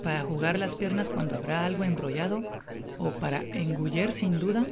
para jugar las piernas cuando habrá algo embrollado ó para enguuer sin duda